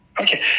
Okay